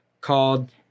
called